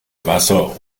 wasser